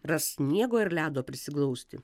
ras sniego ir ledo prisiglausti